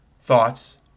Thoughts